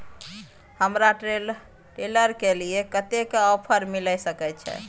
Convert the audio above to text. हमरा ट्रेलर के लिए पर कतेक के ऑफर मिलय सके छै?